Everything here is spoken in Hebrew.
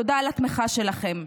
תודה על התמיכה שלכם.